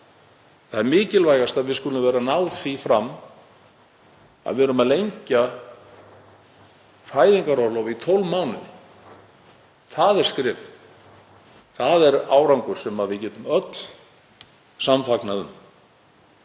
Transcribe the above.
Það er mikilvægast að við skulum vera að ná því fram að við erum að lengja fæðingarorlof í 12 mánuði. Það er skrefið. Það er árangur þar sem við getum öll sameinast um.